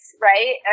right